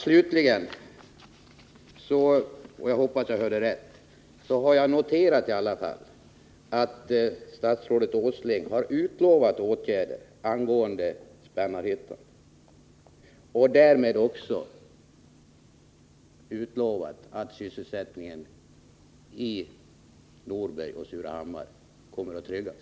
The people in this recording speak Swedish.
Slutligen har jag noterat — och jag hoppas att jag hörde rätt — att statsrådet Åsling har utlovat åtgärder angående Spännarhyttan. Därmed har han också lovat att sysselsättningen i Norberg och Surahammar kommer att tryggas.